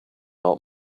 not